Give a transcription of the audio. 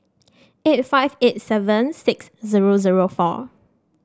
eifht five eight seven six zero zero four